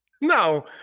No